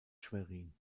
schwerin